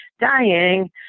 dying